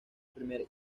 primer